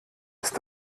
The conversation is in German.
ist